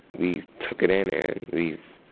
we took it in and we've,